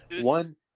One